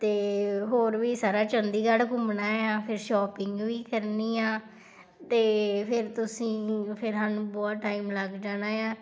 ਅਤੇ ਹੋਰ ਵੀ ਸਾਰਾ ਚੰਡੀਗੜ੍ਹ ਘੁੰਮਣਾ ਆ ਫਿਰ ਸ਼ੋਪਿੰਗ ਵੀ ਕਰਨੀ ਆ ਅਤੇ ਫਿਰ ਤੁਸੀਂ ਫਿਰ ਸਾਨੂੰ ਬਹੁਤ ਟਾਈਮ ਲੱਗ ਜਾਣਾ ਆ